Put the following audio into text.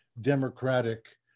democratic